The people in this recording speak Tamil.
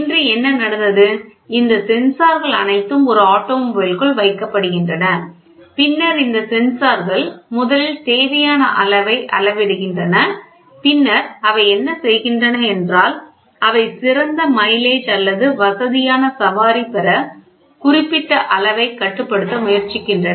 இன்று என்ன நடந்தது இந்த சென்சார்கள் அனைத்தும் ஒரு ஆட்டோமொபைலுக்குள் வைக்கப்படுகின்றன பின்னர் இந்த சென்சார்கள் முதலில் தேவையான அளவை அளவிடுகின்றன பின்னர் அவை என்ன செய்கின்றன என்றால் அவை சிறந்த மைலேஜ் அல்லது வசதியான சவாரி பெற குறிப்பிட்ட அளவைக் கட்டுப்படுத்த முயற்சிக்கின்றன